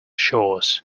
shores